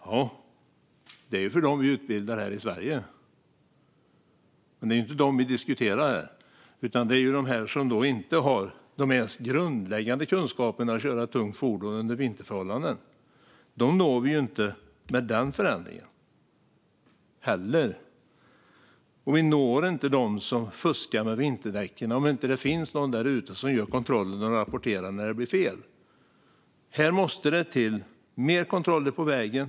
Ja, det är för dem vi utbildar här i Sverige, men det är inte dem vi diskuterar här. Vi talar om dem som inte har de mest grundläggande kunskaperna att köra ett tungt fordon under vinterförhållanden. Dem når vi inte med den förändringen. Vi når inte dem som fuskar med vinterdäcken om det inte finns någon där ute som gör kontrollerna och rapporterar när det blir fel. Här måste det till fler kontroller på vägen.